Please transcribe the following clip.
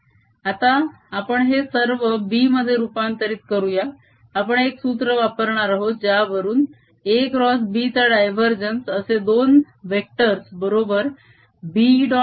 आता आपण हे सर्व B मध्ये रुपांतरीत करूया आपण एक सूत्र वापरणार आहोत ज्यावरून AxB चा डायवरजेन्स असे दोन वेक्टर्स बरोबर B